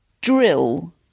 drill